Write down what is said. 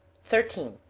thirteen.